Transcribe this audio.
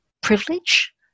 privilege